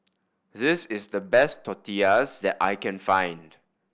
this is the best Tortillas that I can find